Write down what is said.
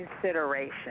consideration